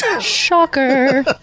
Shocker